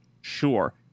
Sure